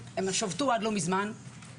עד לא מזמן הם שבתו.